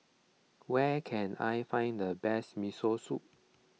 where can I find the best Miso Soup